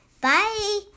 bye